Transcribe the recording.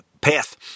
path